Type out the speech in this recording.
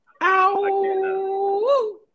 Ow